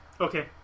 Okay